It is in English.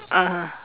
(uh huh)